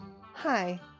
Hi